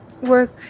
work